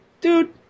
Dude